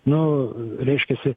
nu reiškiasi